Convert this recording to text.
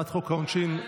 היא